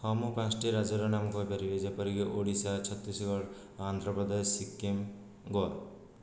ହଁ ମୁଁ ପାଞ୍ଚୋଟି ରାଜ୍ୟର ନାମ କହିପାରିବି ଯେପରିକି ଓଡ଼ିଶା ଛତିଶଗଡ଼ ଆନ୍ଧ୍ରପ୍ରଦେଶ ସିକ୍କିମ ଗୋଆ